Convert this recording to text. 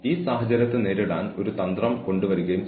കൂടാതെ മയക്കുമരുന്ന് ഉപയോഗം ഞാൻ അംഗീകരിക്കുന്നില്ല